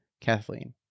kathleen